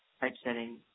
typesetting